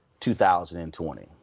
2020